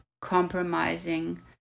compromising